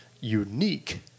unique